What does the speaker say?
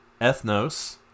Ethnos